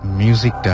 music